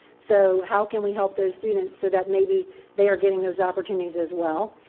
so how can we help those students so that maybe they are getting those opportunities as well?